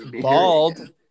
bald